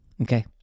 Okay